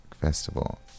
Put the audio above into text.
Festival